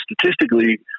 statistically